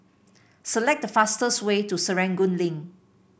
select the fastest way to Serangoon Link